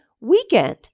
weekend